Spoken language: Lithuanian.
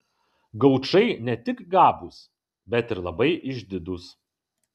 gaučai ne tik gabūs bet ir labai išdidūs